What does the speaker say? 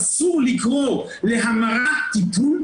אסור לקרוא להמרה טיפול.